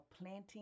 planting